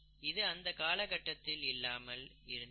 இது அந்த காலகட்டத்தில் இல்லாமல் இருந்தது